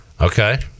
Okay